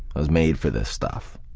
was made for this stuff,